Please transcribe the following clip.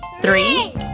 Three